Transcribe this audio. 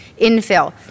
infill